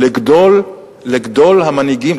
לגדול המנהיגים,